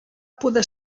poder